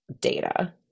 data